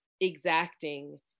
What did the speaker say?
exacting